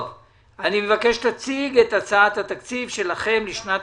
מבקש שתציג את הצעת התקציב שלכם לשנת